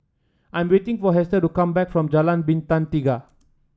I'm waiting for Hester to come back from Jalan Bintang Tiga